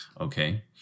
okay